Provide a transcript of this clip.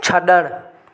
छॾणु